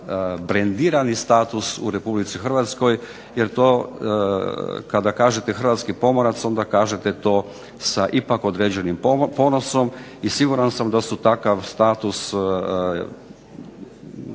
brendirani status u Republici Hrvatskoj, jer to kada kažete hrvatski pomorac, onda kažete to sa ipak određenim ponosom, i siguran sam da su takav status